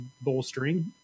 bolstering